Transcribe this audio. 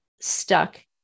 stuck